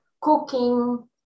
cooking